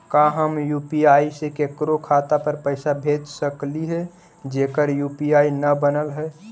का हम यु.पी.आई से केकरो खाता पर पैसा भेज सकली हे जेकर यु.पी.आई न बनल है?